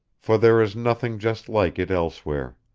for there is nothing just like it elsewhere.